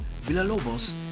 Villalobos